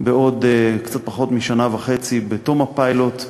בעוד קצת פחות משנה וחצי, בתום הפיילוט,